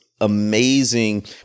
Amazing